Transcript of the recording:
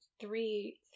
three